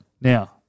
Now